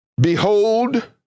Behold